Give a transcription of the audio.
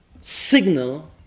signal